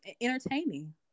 entertaining